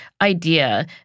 idea